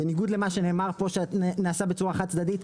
בניגוד למה שנאמר פה שנעשה בצורה חד צדדית,